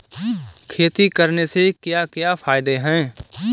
खेती करने से क्या क्या फायदे हैं?